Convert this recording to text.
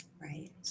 Right